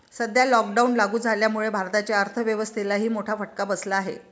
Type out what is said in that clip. सध्या लॉकडाऊन लागू झाल्यामुळे भारताच्या अर्थव्यवस्थेलाही मोठा फटका बसला आहे